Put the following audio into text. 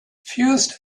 fused